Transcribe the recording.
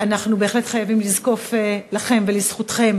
אנחנו בהחלט חייבים לזקוף לכם ולזכותכם